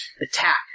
attack